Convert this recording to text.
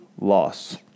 loss